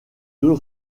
deux